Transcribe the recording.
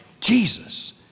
Jesus